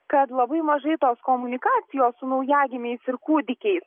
kad labai mažai tos komunikacijos su naujagimiais ir kūdikiais